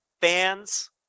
fans